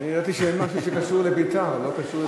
ידעתי שיש משהו שקשור ל"בית"ר" ולא קשור,